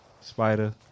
Spider